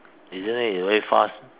isn't it you very fast